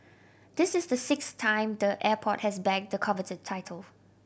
this is the sixth time the airport has bagged the coveted title